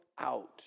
out